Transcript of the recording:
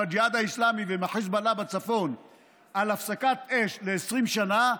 עם הג'יהאד האסלאמי ועם החיזבאללה בצפון על הפסקת אש ל-20 שנה,